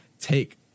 take